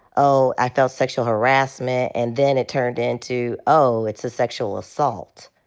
oh, i felt sexual harassment. and then it turned into, oh, it's a sexual assault.